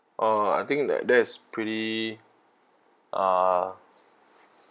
oh I think that that's pretty uh